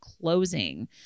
closing